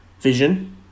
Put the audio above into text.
Vision